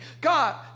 God